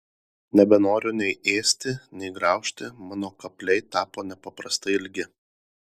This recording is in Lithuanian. nebenoriu nei ėsti nei graužti mano kapliai tapo nepaprastai ilgi